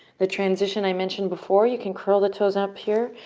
the transition i mentioned before, you can curl the toes up here,